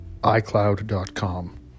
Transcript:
iCloud.com